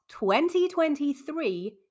2023